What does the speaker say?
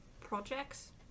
projects